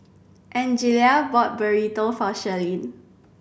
Angelia bought Burrito for Shirleen